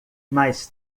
mais